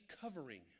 covering